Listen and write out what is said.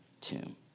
tomb